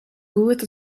goed